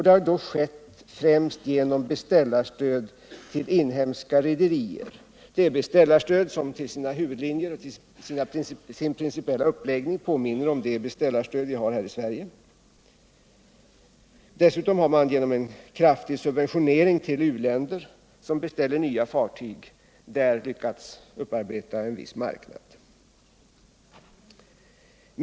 Det har skett främst genom beställarstöd till inhemska rederier — beställarstöd som i sina huvudlinjer och sin principiella uppläggning påminner om det beställarstöd vi har här i Sverige. Dessutom har man genom kraftiga subventioner till uländer som beställer nya fartyg lyckats upparbeta en viss marknad där.